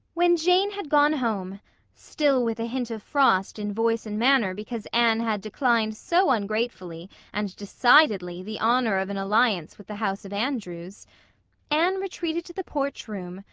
when jane had gone home still with a hint of frost in voice and manner because anne had declined so ungratefully and decidedly the honor of an alliance with the house of andrews anne retreated to the porch room,